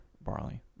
barley